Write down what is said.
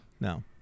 No